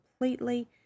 completely